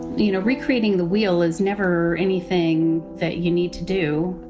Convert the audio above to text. you know, recreating the wheel is never anything that you need to do,